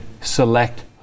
select